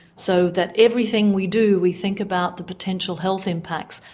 so that everything we do we think about the potential health impacts.